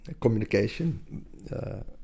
communication